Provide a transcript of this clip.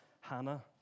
Hannah